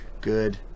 Good